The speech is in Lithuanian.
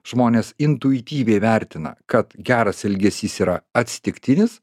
žmonės intuityviai vertina kad geras elgesys yra atsitiktinis